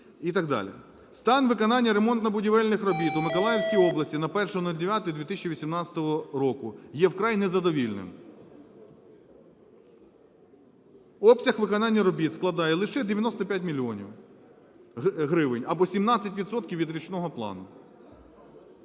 Стан виконання ремонтно-будівельних робіт у Миколаївській області на 01.09.2018 року є вкрай незадовільним. Обсяг виконання робіт складає лише 95 мільйонів гривень або 17 відсотків від річного плану.